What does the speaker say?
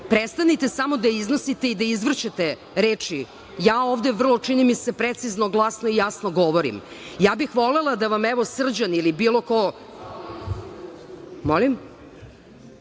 prestanite samo da iznosite i da izvrćete reči. Ja ovde precizno, glasno i jasno govorim. Ja bih volela da vam Srđan ili bilo ko… Molim,